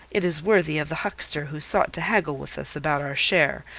it is worthy of the huckster who sought to haggle with us about our share,